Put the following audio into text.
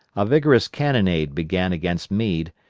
a vigorous cannonade began against meade,